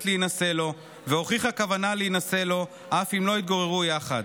להינשא לו והוכיחה כוונה להינשא לו אף אם לא התגוררו יחד.